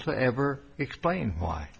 to ever explain why